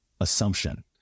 assumption